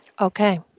Okay